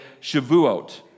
Shavuot